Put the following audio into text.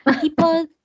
people